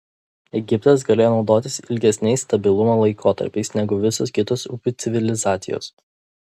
egiptas galėjo naudotis ilgesniais stabilumo laikotarpiais negu visos kitos upių civilizacijos